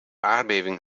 aardbeving